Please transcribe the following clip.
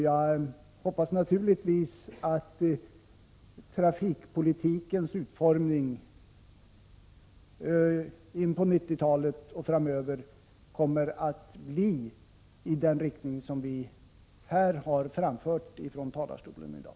Jag hoppas naturligtvis att trafikpolitikens utformning in på 1990-talet och framöver kommer att få den inriktning som vi har talat för här i dag.